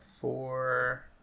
four